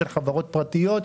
של חברות פרטיות,